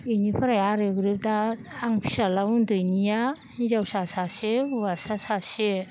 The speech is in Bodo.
इनिफ्राय आरो ग्रोब दा आंनि फिसाज्ला उन्दैनिया हिनजावसा सासे हुवासा सासे